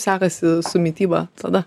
sekasi su mityba tada